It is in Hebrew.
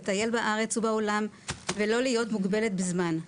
לטייל בארץ ובעולם ולא להיות מוגבלת בזמן,